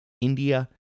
India